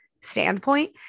standpoint